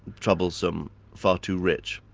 troublesome, far too rich,